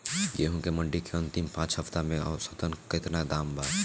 गेंहू के मंडी मे अंतिम पाँच हफ्ता से औसतन केतना दाम बा?